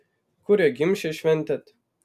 kur jo gimšę šventėt